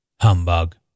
Humbug